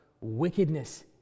wickedness